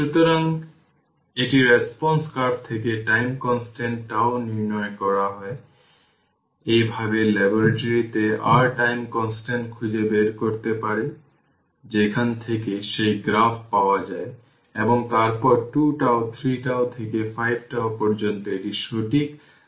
সুতরাং এটি response curve থেকে টাইম কনস্ট্যান্ট τ নির্ণয় করা হয় এইভাবে ল্যাবরেটরি তে r টাইম কনস্ট্যান্ট খুঁজে বের করতে পারে যেখান থেকে সেই গ্রাফ পাওয়া যায় এবং তারপর 2 τ 3 τ থেকে 5 τ পর্যন্ত এটি সঠিক দেখানো হয়েছে